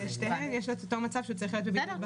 בשתיהן הוא צריך להיות בבידוד בחזרה.